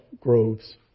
groves